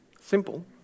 Simple